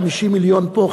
50 מיליון פה,